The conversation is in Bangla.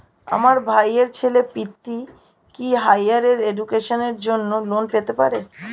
আমার ভাইয়ের ছেলে পৃথ্বী, কি হাইয়ার এডুকেশনের জন্য লোন পেতে পারে?